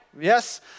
Yes